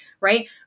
right